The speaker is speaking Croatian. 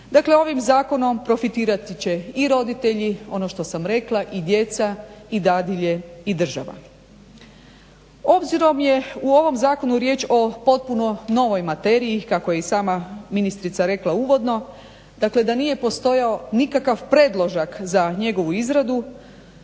Dakle ovim zakonom profitirati će i roditelji ono što sam rekla i djeca i dadilje i država. Obzirom je u ovom zakonu riječ o potpuno novoj materiji kako je i sama ministrica rekla uvodno, dakle da nije postojao nikakav predložak za njegovu izradu,